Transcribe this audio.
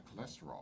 cholesterol